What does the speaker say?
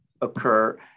occur